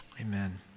Amen